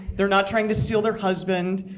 they're not trying to steal their husband.